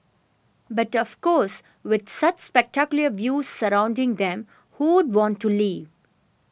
but of course with such spectacular views surrounding them who want to leave